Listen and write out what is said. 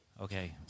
Okay